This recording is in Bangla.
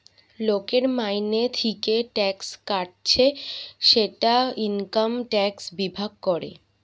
লোকের মাইনে থিকে ট্যাক্স কাটছে সেটা ইনকাম ট্যাক্স বিভাগ করে